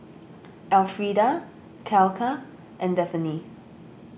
Elfrieda Clella and Daphne